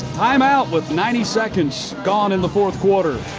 time-out with ninety seconds gone in the fourth quarter.